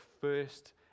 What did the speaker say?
first